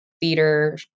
theater